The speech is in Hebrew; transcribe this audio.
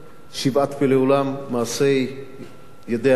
שבעת פלאי עולם מעשה ידי הטבע,